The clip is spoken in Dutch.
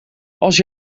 als